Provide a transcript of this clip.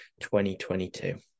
2022